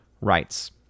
rights